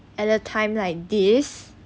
at a time like this